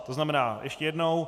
To znamená, ještě jednou.